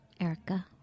Erica